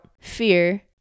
fear